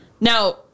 Now